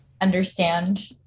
understand